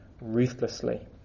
ruthlessly